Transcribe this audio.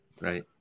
Right